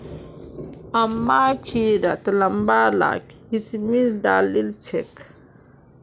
अम्मा खिरत लंबा ला किशमिश डालिल छेक